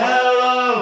Hello